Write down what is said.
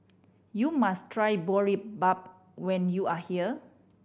you must try Boribap when you are here